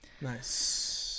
Nice